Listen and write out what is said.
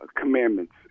commandments